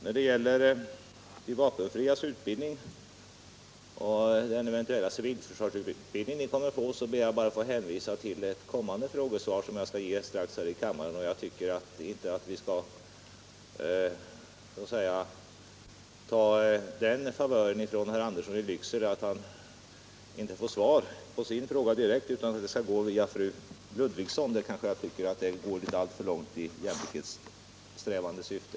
När det gäller den eventuella civilförsvarsutbildning som de värnpliktiga kommer att få vill jag bara hänvisa till ett frågesvar som jag strax skall ge här i kammaren. Jag tycker inte att vi skall ta den favören från herr Andersson i Lycksele att han får svar på sin fråga direkt, utan att svaret skall ges via fru Ludvigsson — det vore kanske att gå alltför långt i jämlikhetssträvande syfte.